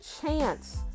chance